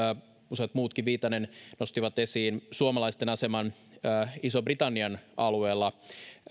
useat muutkin nosti esiin suomalaisten aseman ison britannian alueella